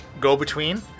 go-between